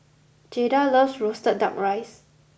Jaeda loves Roasted Duck Rice